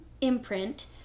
imprint